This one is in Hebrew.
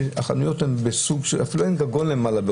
כשברוב החנויות אפילו אין גגון למעלה.